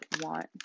want